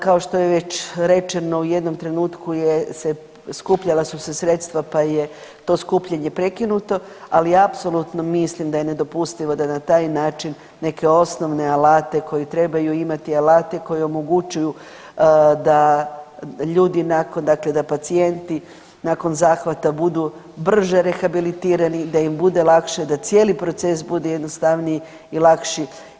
Kao što je već rečeno u jednom trenutku skupljala su se sredstva pa je to skupljanje prekinuto, ali apsolutno mislim da je nedopustivo da na taj način neke osnovne alate koji trebaju imati alate koji omogućuju da ljudi nakon, dakle da pacijenti nakon zahvata budu brže rehabilitirani, da im bude lakše, da cijeli proces bude jednostavniji i lakši.